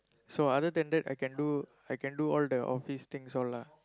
so other than that I can do I can do all the office things all lah